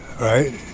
Right